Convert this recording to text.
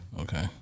Okay